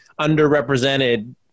underrepresented